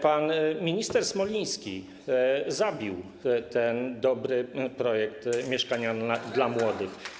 Pan minister Smoliński zabił ten dobry projekt, zabił ˝Mieszkanie dla młodych˝